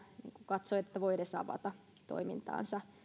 katso että voi edes avata toimintaansa